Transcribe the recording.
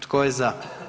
Tko je za?